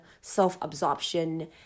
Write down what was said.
self-absorption